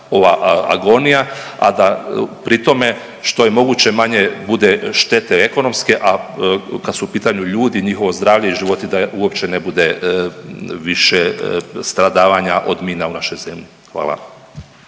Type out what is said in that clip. ova agonija, a da pri tome što je moguće manje bude štete ekonomske, a kad su u pitanju ljudi, njihovo zdravlje i životi da uopće ne bude više stradavanja od mina u našoj zemlji. Hvala.